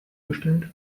gestellt